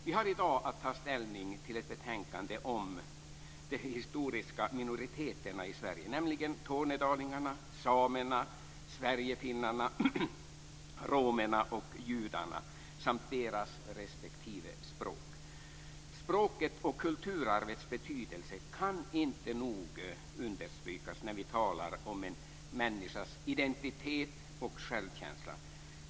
Vi har i dag att ta ställning till ett betänkande om de historiska minoriteterna i Sverige, nämligen tornedalingarna, samerna sverigefinnarna, romerna och judarna samt deras respektive språk. Språkets och kulturarvets betydelse kan inte nog understrykas när vi talar om en människas identitet och självkänsla.